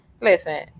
listen